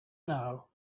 know